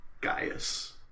Gaius